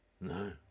No